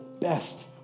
best